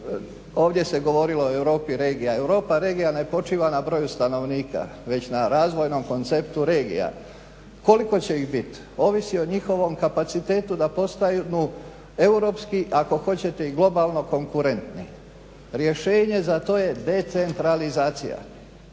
Ovdje se govorilo i o Europi regija. Europa regija ne počiva na broju stanovnika već na razvojnom konceptu regija. Koliko će ih biti ovisi o njihovom kapacitetu da postanu europski, ako hoćete i globalno konkurentni. Rješenje za to je decentralizacija.